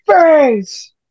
face